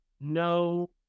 no